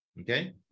okay